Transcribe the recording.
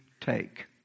take